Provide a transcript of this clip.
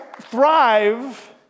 thrive